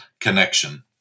connection